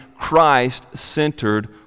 Christ-centered